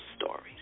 stories